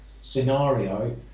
scenario